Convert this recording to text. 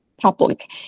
public